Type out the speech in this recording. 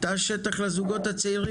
וזו טעות גדולה.